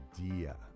idea